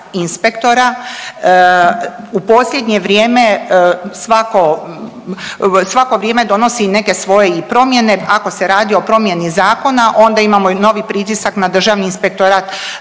u posljednje vrijeme svako, svako vrijeme donosi i neke svoje i promjene, ako se radi o promjeni zakona onda imamo i novi pritisak na državni inspektorat,